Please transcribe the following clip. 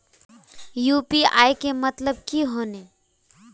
UPI के मतलब की होने?